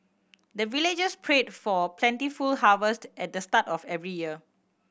the villagers pray for plentiful harvest at the start of every year